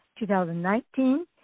2019